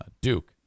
Duke